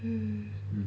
mm